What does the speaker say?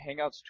Hangouts